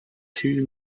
two